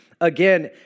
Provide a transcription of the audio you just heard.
again